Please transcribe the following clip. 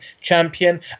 champion